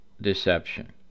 deception